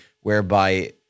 whereby